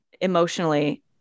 emotionally